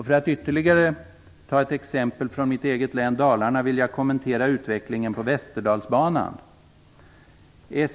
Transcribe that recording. För att ta ytterligare ett exempel, från mitt eget län, vill jag kommentera utvecklingen på Västerdalsbanan.